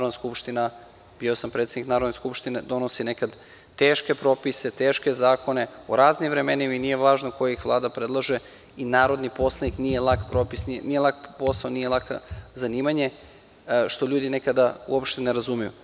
Bio sam predsednik Narodne skupštine, donosi nekad teške propise, teške zakone o raznim vremenima i nije važno koja ih Vlada predlaže, narodni poslanik nije lak posao, nije lako zanimanje, što ljudi nekada uopšte ne razumeju.